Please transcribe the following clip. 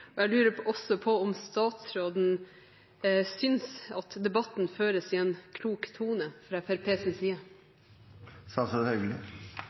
«innvandrer». Jeg lurer også på om statsråden synes debatten føres i en klok tone fra Fremskrittspartiets side.